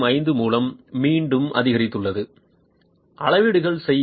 05 மூலம் மீண்டும் அதிகரித்துள்ளது அளவீடுகள் செய்ய